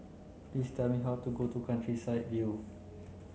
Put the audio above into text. please tell me how to go to Countryside View